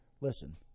Listen